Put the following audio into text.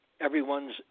everyone's